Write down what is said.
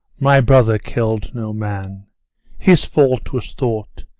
my brother kill'd no man his fault was thought,